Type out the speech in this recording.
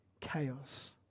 Chaos